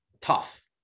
tough